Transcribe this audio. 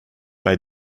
bei